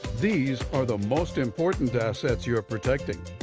these are the most important assets you're protecting.